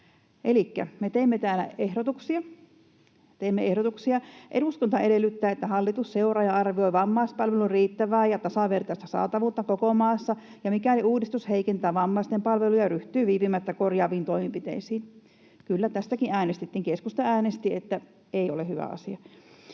teimme täällä ehdotuksia: ”Eduskunta edellyttää, että hallitus seuraa ja arvioi vammaispalveluiden riittävää ja tasavertaista saatavuutta koko maassa, ja mikäli uudistus heikentää vammaisten palveluja, ryhtyy viipymättä korjaaviin toimenpiteisiin.” Kyllä tästäkin äänestettiin. Keskusta äänesti, että ei ole hyvä asia.